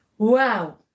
Wow